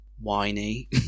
whiny